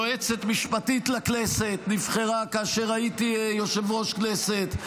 יועצת משפטית לכנסת נבחרה כאשר הייתי יושב-ראש כנסת.